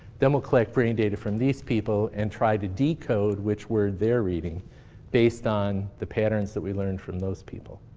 then we'll collect data from these people and try to decode which word they're reading based on the patterns that we learned from those people.